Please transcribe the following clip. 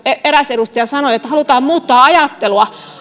eräs edustaja sanoi että halutaan muuttaa ajattelua